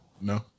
No